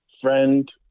friend